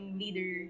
leader